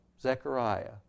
Zechariah